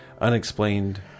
unexplained